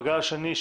בגל השני,